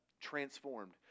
transformed